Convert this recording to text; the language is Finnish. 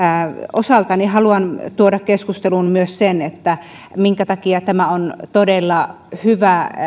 osaltani haluan tuoda keskusteluun myös sen minkä takia on todella hyvä